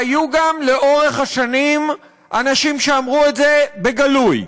והיו גם לאורך השנים אנשים שאמרו את זה בגלוי.